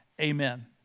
amen